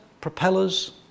propellers